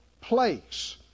place